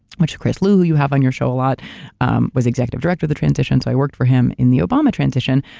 which of course, lu, who you have on your show a lot um was executive director of the transition so i worked for him in the obama transition,